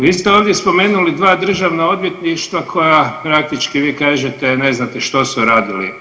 Vi ste ovdje spomenuli dva državna odvjetništva koja praktički, vi kažete, ne znate što su radili.